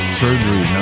surgery